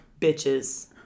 bitches